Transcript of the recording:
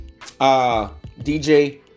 DJ